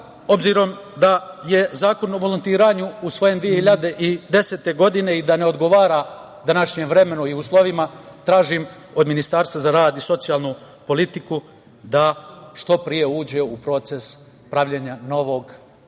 obzirom da je Zakon o volontiranju usvojen 2010. godine i da ne odgovara današnjem vremenu i uslovima tražim od Ministarstva za rad i socijalnu politiku da što pre uđe u proces pravljenja novog zakona